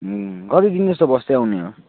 कति दिन जस्तो बस्दै आउने हो